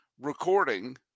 recording